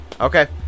Okay